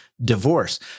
divorce